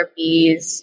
therapies